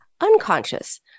unconscious